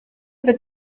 wird